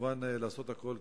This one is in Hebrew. חבר הכנסת אופיר פינס-פז,